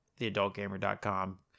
theadultgamer.com